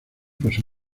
pasó